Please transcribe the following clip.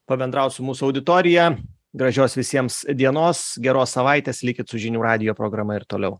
pabendraut su mūsų auditorija gražios visiems dienos geros savaitės likit su žinių radijo programa ir toliau